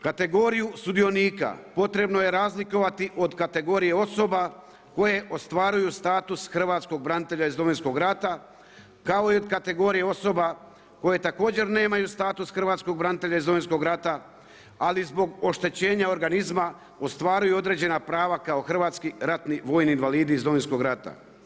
Kategoriju sudionika potrebno je razlikovati od kategorija osoba koje ostvaruju status hrvatskog branitelja iz Domovinskog rata, kao i od kategorija osoba, koje također nemaju status hrvatskog branitelja iz Domovinskog rata, ali zbog oštećenja organizma, ostvaruju određena prava kao hrvatski ratni vojni invalidi iz Domovinskog rata.